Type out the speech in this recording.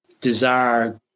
desire